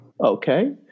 Okay